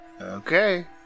okay